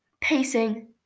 pacing